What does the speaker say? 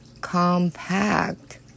compact